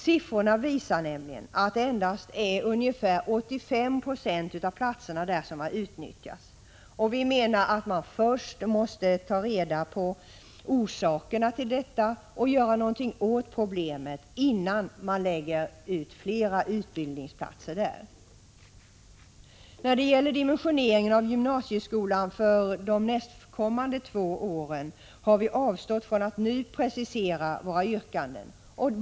Siffrorna visar nämligen att endast ca 85 90 av platserna där har utnyttjats. Vi menar att man måste undersöka orsakerna till detta och göra något åt problemet, innan man lägger fler utbildningsplatser där. När det gäller dimensioneringen av gymnasieskolan för budgetåren 1987 89 kan jag nämna att vi har avstått från att nu precisera våra yrkanden.